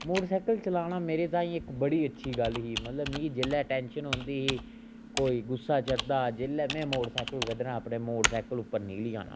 motorcycle चलाना मेरे ताईं इक बड़ी अच्छी गल्ल ही मतलब मिगी जेल्लै टैंशन होंदी ही कोई गुस्सा चढ़दा जेल्लै में मोटरसाइकल कड्ढना अपने मोटरसाइकल उप्पर निकली जाना